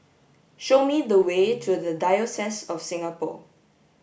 show me the way to The Diocese of Singapore